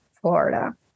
Florida